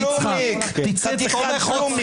אני אקרא לך איך שאני רוצה.